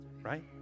Right